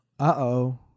Uh-oh